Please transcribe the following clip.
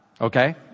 Okay